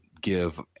give